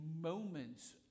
moments